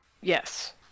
Yes